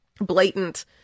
blatant